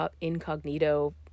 incognito